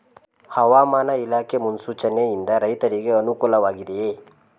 ಹವಾಮಾನ ಇಲಾಖೆ ಮುನ್ಸೂಚನೆ ಯಿಂದ ರೈತರಿಗೆ ಅನುಕೂಲ ವಾಗಿದೆಯೇ?